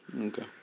Okay